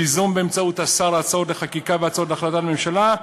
ליזום באמצעות השר הצעות לחקיקה והצעות להחלטת ממשלה,